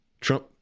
Trump